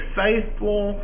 faithful